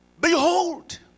Behold